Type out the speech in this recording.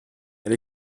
elle